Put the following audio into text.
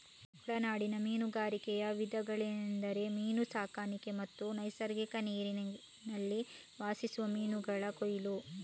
ಒಳನಾಡಿನ ಮೀನುಗಾರಿಕೆಯ ವಿಧಗಳೆಂದರೆ ಮೀನು ಸಾಕಣೆ ಮತ್ತು ನೈಸರ್ಗಿಕ ನೀರಿನಲ್ಲಿ ವಾಸಿಸುವ ಮೀನುಗಳ ಕೊಯ್ಲು